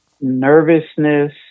nervousness